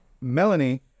melanie